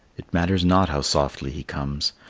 it matters not how softly he comes,